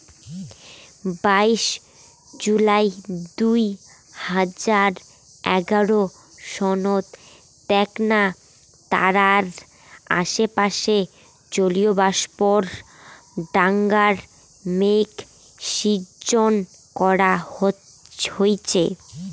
বাইশ জুলাই দুই হাজার এগারো সনত এ্যাকনা তারার আশেপাশে জলীয়বাষ্পর ডাঙর মেঘ শিজ্জন করা হইচে